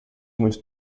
muito